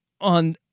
on